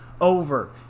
over